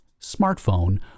smartphone